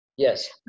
Yes